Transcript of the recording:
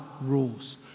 rules